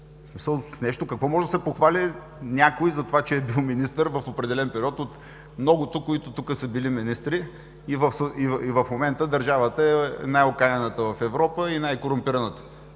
какво може да се похвали някой, за това че е бил министър в определен период от многото тук, които са били министри, а в момента държавата е най-окаяната и най-корумпираната